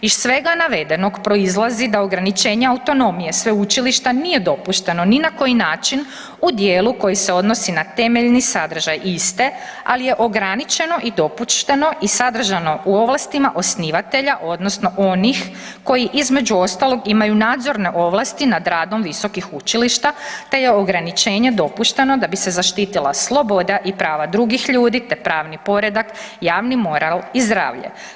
Iz svega navedenog proizlazi da ograničenja autonomije sveučilišta nije dopušteno ni na koji način u dijelu koji se odnosi na temeljni sadržaj iste, ali je ograničeno i dopušteno i sadržano u ovlastima osnivatelja odnosno onih koji između ostalog imaju nadzorne ovlasti nad radom visokih učilišta te je ograničenje dopušteno da bi se zaštitila sloboda i prava drugih ljudi te pravni poredak javni moral i zdravlje.